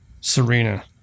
Serena